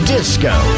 Disco